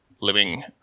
living